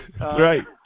Right